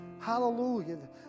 Hallelujah